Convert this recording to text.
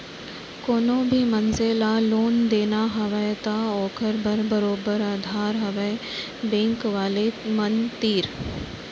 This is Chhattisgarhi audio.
कोनो भी मनसे ल लोन देना हवय त ओखर बर बरोबर अधार हवय बेंक वाले मन तीर